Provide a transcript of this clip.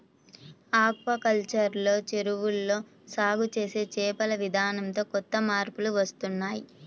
aquaculture లో చెరువుల్లో సాగు చేసే చేపల విధానంతో కొత్త మార్పులు వస్తున్నాయ్